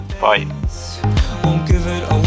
Bye